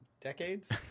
decades